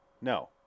No